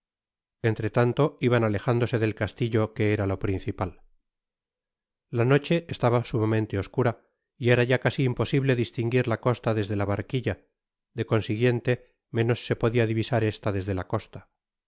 tanto iban alejándose del castillo que era lo principal la noche estaba sumamente oscura y era ya casi imposible distinguir la costa desde la barquilla de consiguiente menos se podia divisar esta desde la costa